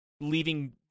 leaving